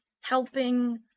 helping